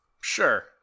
Sure